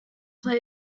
play